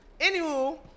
Anywho